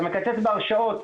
אתה מקצץ בהרשאות.